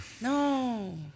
No